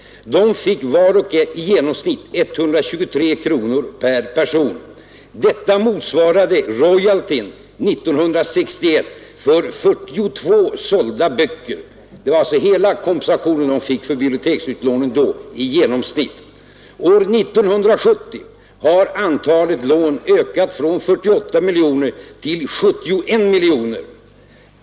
De fick var och en i genomsnitt 123 kronor. Det motsvarade 1961 royalty för 42 sålda böcker. Det var alltså hela den genomsnittliga individuella kompensationen för biblioteksutlåningen då. År 1970 har antalet lån ökat från 48 miljoner till 71 miljoner.